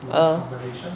err